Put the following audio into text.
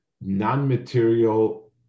non-material